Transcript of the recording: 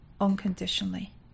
unconditionally